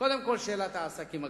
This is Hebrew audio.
קודם כול שאלת העסקים הקטנים.